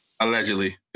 Allegedly